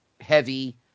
heavy